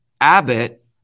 Abbott